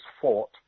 fought